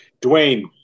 Dwayne